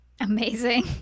Amazing